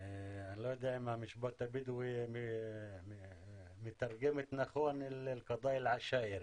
אני לא יודע אם המשפט הבדואי מיתרגם נכון לאלקדא אלעשארי,